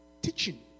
teaching